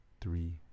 three